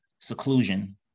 seclusion